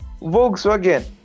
Volkswagen